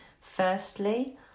Firstly